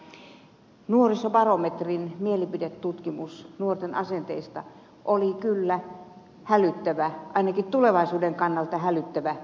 mutta nuorisobarometrin mielipidetutkimus nuorten asenteista oli kyllä hälyttävä ainakin tulevaisuuden kannalta hälyttävä